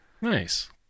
Nice